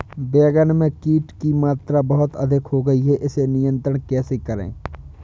बैगन में कीट की मात्रा बहुत अधिक हो गई है इसे नियंत्रण कैसे करें?